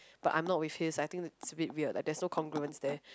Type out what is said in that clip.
but I'm not with his I think should be weird lah that so congruence there